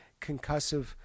concussive